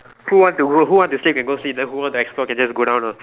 who want to go who want to sleep can go sleep then who want to explore can just go down ah